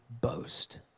boast